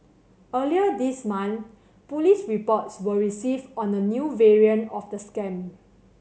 earlier this month police reports were received on a new variant of the scam